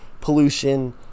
pollution